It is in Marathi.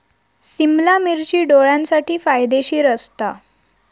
सिमला मिर्ची डोळ्यांसाठी फायदेशीर असता